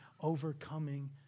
overcoming